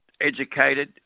educated